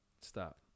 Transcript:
Stop